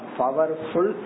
powerful